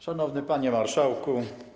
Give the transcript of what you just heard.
Szanowny Panie Marszałku!